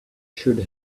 should